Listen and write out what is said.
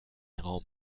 raum